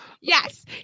Yes